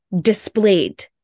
displayed